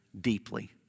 deeply